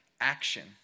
action